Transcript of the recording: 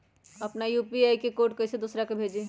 अपना यू.पी.आई के कोड कईसे दूसरा के भेजी?